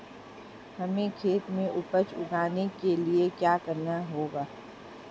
हमें खेत में उपज उगाने के लिये क्या करना होगा?